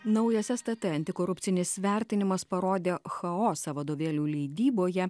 naujas stt antikorupcinis vertinimas parodė chaosą vadovėlių leidyboje